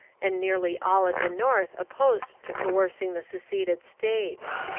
and nearly all at the north opposed to coercing the seceded states.